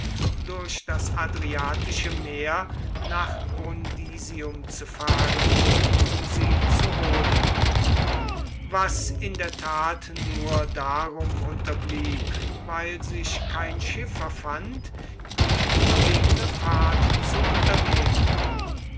durch das adriatische meer nach brundisium zu fahren um sie zu holen was in der tat nur darum unterblieb weil sich kein schiffer fand die verwegene fahrt zu unternehmen